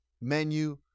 menu